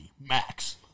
max